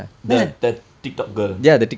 the the TikTok girl